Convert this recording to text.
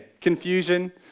confusion